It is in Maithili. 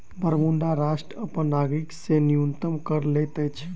बरमूडा राष्ट्र अपन नागरिक से न्यूनतम कर लैत अछि